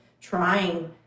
trying